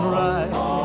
right